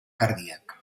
cardíac